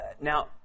now